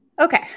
Okay